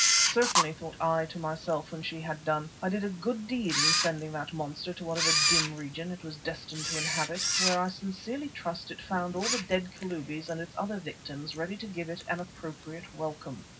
certainly, thought i to myself when she had done, i did a good deed in sending that monster to whatever dim region it was destined to inhabit, where i sincerely trust it found all the dead kalubis and its other victims ready to give it an appropriate welcome.